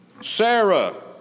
Sarah